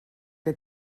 que